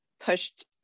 pushed